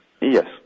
Yes